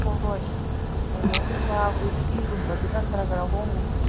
ꯍꯣꯏ ꯍꯣꯏ ꯀꯩꯅꯣꯒꯨꯝꯕ ꯋꯤꯁꯀꯤꯒꯨꯝꯕꯗꯨꯅ ꯈꯔ ꯈꯔ ꯍꯣꯡꯉꯤ